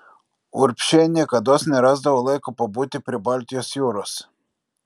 urbšiai niekados nerasdavo laiko pabūti prie baltijos jūros